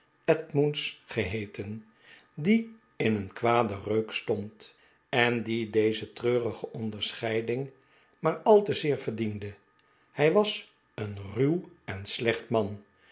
edmunds geheeten die in een kwaden reuk stond en die deze treurige onderscheiding maar al te zeer verdiende hij was een ruw en slecht man